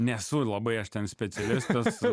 nesu labai aš ten specialistas